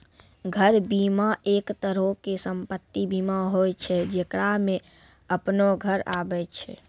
घर बीमा, एक तरहो के सम्पति बीमा होय छै जेकरा मे अपनो घर आबै छै